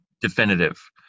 definitive